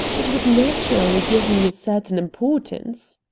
it would naturally give me a certain importance.